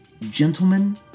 gentlemen